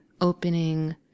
opening